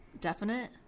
definite